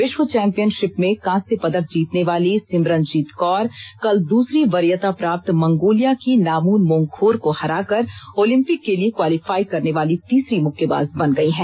विश्व चैम्पियनशिप में कांस्य पदक जीतने वाली सिमरनजीत कौर कल दूसरी वरीयता प्राप्त मंगोलिया की नामुन मोंखोर को हराकर ओलिंपिक के लिए क्वालीफाई करने वाली तीसरी मुक्केबाज बन गई हैं